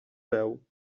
veu